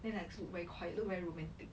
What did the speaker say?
then like s~ very quiet look very romantic